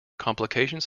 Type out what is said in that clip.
complications